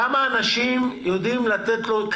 כמה אנשים יש לך במענה הקולי?